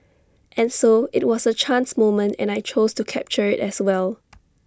and so IT was A chance moment and I chose to capture IT as well